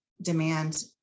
demand